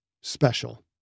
Special